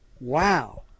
wow